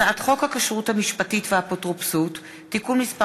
הצעת חוק הכשרות המשפטית והאפוטרופסות (תיקון מס'